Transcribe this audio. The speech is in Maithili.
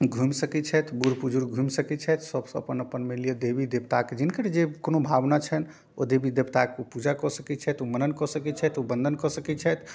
घुमि सकै छथि बूढ़ बुजुर्ग घुमि सकै छथि सब से अपन अपन मानि लिअऽ देवी देवताके जिनकर जे कोनो भावना छनि ओ देवीदेवताके ओ पूजा कऽ सकै छथि ओ मनन कऽ सकै छथि ओ वन्दन कऽ सकै छथि